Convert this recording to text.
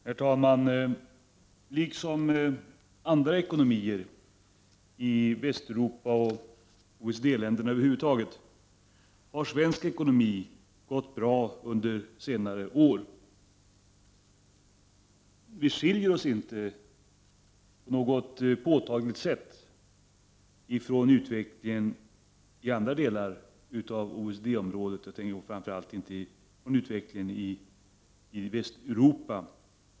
Herr talman! Liksom andra ekonomier i Västeuropa och OECD-länderna över huvud taget har svensk ekonomi gått bra under senare år. Vi skiljer oss inte på något påtagligt sätt från utvecklingen i andra delar av OECD-området; jag tänker då framför allt på utvecklingen i Västeuropa.